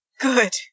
Good